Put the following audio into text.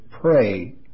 pray